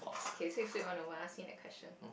okay so flip that one over ah ask me that question